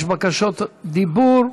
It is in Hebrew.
יש בקשות דיבור.